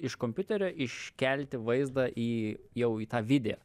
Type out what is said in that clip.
iš kompiuterio iškelti vaizdą į jau į tą vide